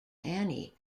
annie